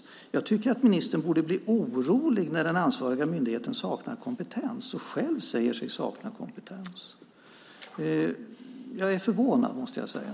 Jag tycker att ministern borde bli orolig när den ansvariga myndigheten saknar kompetens och själv säger sig sakna kompetens. Jag är förvånad, måste jag säga.